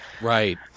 Right